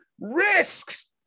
Risks